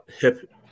hip